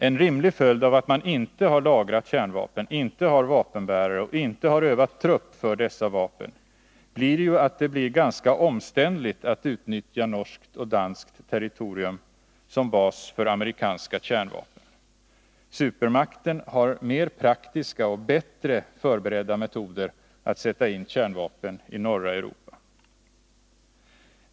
En rimlig följd av att man inte har lagrat kärnvapen, inte har vapenbärare och inte har övat trupp för dessa vapen är att det blir ganska omständligt att utnyttja norskt och danskt territorium som bas för amerikanska kärnvapen. Supermakten har mer praktiska och bättre förberedda metoder att sätta in kärnvapen i norra Europa.